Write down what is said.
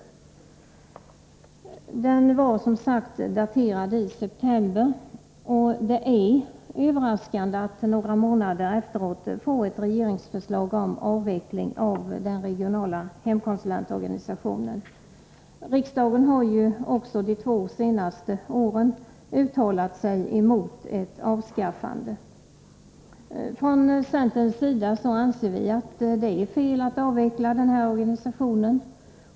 Skriften var som sagt daterad i september, och det är därför överraskande att några månader efteråt få ett regeringsförslag om avveckling av den regionala hemkonsulentorganisationen. Riksdagen har ju de två senaste åren uttalat sig mot ett avskaffande. Från centerns sida anser vi att det är fel att avveckla den här organisationen.